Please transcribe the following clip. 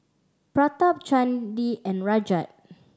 Pratap Chandi and Rajat